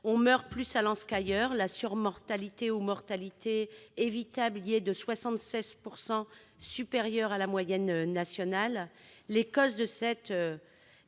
On meurt plus à Lens qu'ailleurs. La surmortalité ou mortalité évitable y est de 76 % supérieure à la moyenne nationale. Les causes de cette